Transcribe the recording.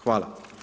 Hvala.